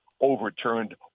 overturned